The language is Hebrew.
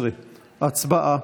16. הצבעה.